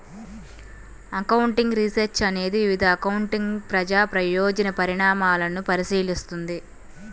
accounting research అనేది వివిధ accounting ప్రజా ప్రయోజన పరిణామాలను పరిశీలిస్తుంది